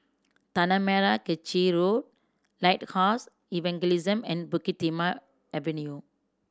Tanah Merah Kechil Road Lighthouse Evangelism and Bukit Timah Avenue